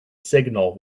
signal